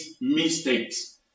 mistakes